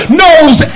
knows